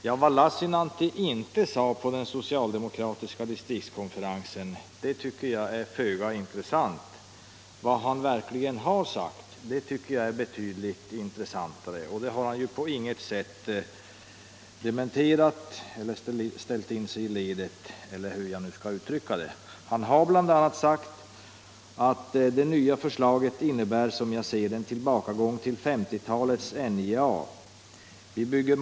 Men vad Lassinantti inte sade på den socialdemokratiska distriktskonferensen tycker jag är föga intressant; vad han verkligen har sagt tycker jag är betydligt intressantare, och därvidlag har han inte kommit med någon dementi eller ”ställt in sig i ledet”, eller hur jag skall uttrycka det. Han har bl.a. sagt: ”Det nya förslaget innebär, som jag ser det, en tillbakagång till 50-talets NJA-politik.